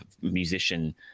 musician